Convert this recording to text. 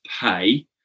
pay